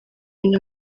ino